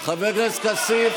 חבל שכך